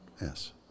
Yes